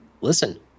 listen